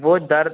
वो दर्द